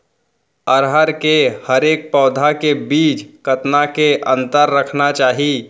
अरहर के हरेक पौधा के बीच कतना के अंतर रखना चाही?